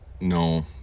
No